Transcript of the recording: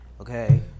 okay